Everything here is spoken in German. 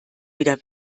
wieder